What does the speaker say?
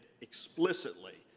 explicitly